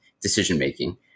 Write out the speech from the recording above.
decision-making